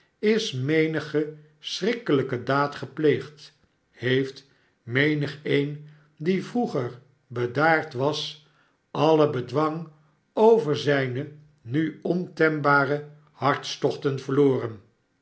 is menige schrikkelijke daad gepleegd heeft menigeen die vroeger bedaard was alle bedwang over zijne nu ontembare hartstochten verloren